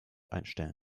einstellen